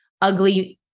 ugly